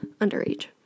underage